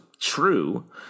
true